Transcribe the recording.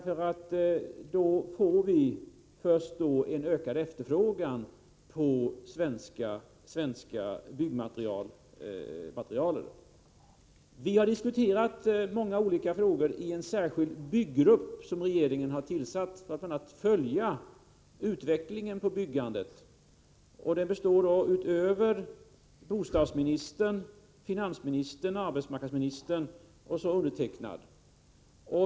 Först då får vi en ökad efterfrågan på svenska byggmaterial. Vi har diskuterat många olika frågor i en särskild byggrupp som regeringen har tillsatt för att bl.a. följa utvecklingen av byggandet. Gruppen består utöver bostadsministern av finansministern, arbetsmarknadsministern och mig.